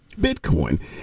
Bitcoin